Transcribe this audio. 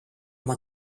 oma